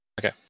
Okay